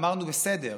אמרנו: בסדר,